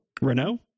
Renault